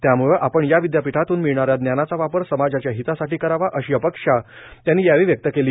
त्यामुळे आपण या विद्यापीठातून मिळणाऱ्या ज्ञानाचा वापर समाजाच्या हितासाठी करावाए अशी अपेक्षा त्यांनी यावेळी व्यक्त केली